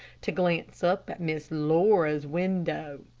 to glance up at miss laura's window.